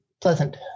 pleasant